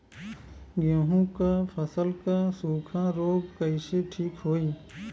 गेहूँक फसल क सूखा ऱोग कईसे ठीक होई?